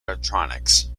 electronics